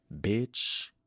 Bitch